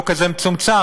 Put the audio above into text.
לא כזה מצומצם,